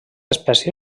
espècie